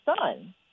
son